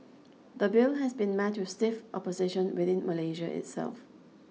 the bill has been met with stiff opposition within Malaysia itself